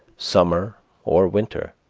summer or winter.